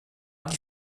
die